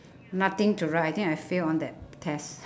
nothing to write I think I fail on that test